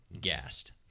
gassed